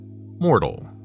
mortal